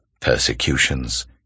persecutions